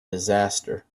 disaster